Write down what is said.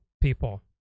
people